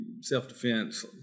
self-defense